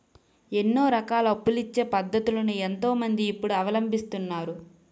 ఎన్నో రకాల అప్పులిచ్చే పద్ధతులను ఎంతో మంది ఇప్పుడు అవలంబిస్తున్నారు